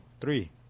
three